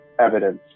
evidence